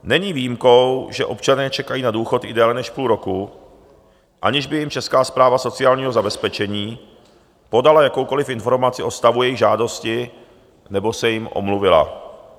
Není výjimkou, že občané čekají na důchod i déle než půl roku, aniž by jim Česká správa sociálního zabezpečení podala jakoukoliv informaci o stavu jejich žádosti nebo se jim omluvila.